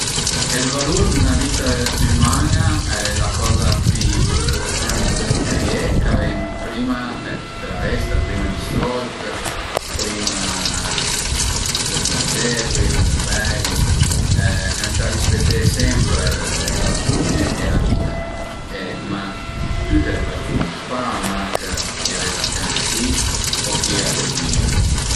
Ël valur d'üna vita üman-a al e la coza pi impurtant ch'a ie ch'a ven prima dë tüta la resta, prima di sold, prima dël mangé, prima dël beivi, ëntà rispeté sempre le persun-e e la vita e ma tüte le persun-e, pa mach chi al e da fianch a ti o chi a të zmìa